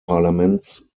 parlaments